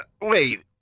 Wait